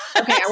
Okay